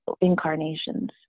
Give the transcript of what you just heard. incarnations